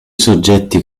soggetti